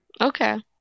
Okay